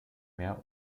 mehr